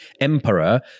emperor